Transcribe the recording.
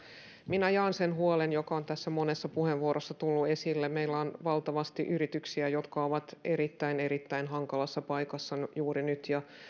minä jaan sen huolen joka on tässä monessa puheenvuorossa tullut esille meillä on valtavasti yrityksiä jotka ovat erittäin erittäin hankalassa paikassa juuri nyt ja